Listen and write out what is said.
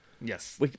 yes